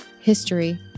history